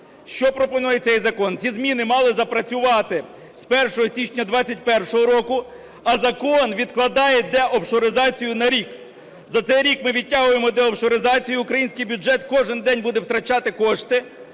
Що пропонує цей закон? Ці зміни мали запрацювати з 1 січня 2021 року, а закон відкладає деофшоризацію на рік. За цей рік ми відтягуємо деофшоризацію, і український бюджет кожен день буде втрачати кошти,